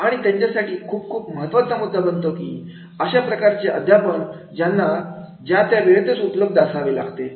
आणि आणि त्यांच्यासाठी खूप खूप महत्त्वाचा मुद्दा बनतो की अशा प्रकारचे अध्यापन त्यांना ज्या त्या वेळेतच उपलब्ध असावे लागते